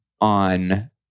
on